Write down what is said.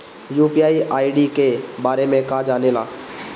UPI ID के बारे में का जाने ल?